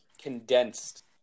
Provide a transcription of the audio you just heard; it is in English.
condensed